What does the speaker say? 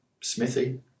Smithy